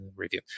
review